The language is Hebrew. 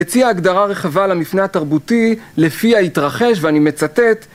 הציע הגדרה רחבה למפנה התרבותי לפי ההתרחש ואני מצטט